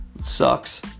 Sucks